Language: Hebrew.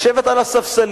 לשבת על הספסלים,